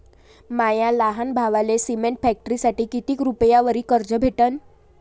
माया लहान भावाले सिमेंट फॅक्टरीसाठी कितीक रुपयावरी कर्ज भेटनं?